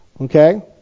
Okay